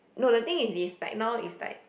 no the thing is this like now is like